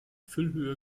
füllhöhe